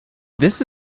this